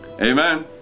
Amen